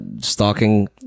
stalking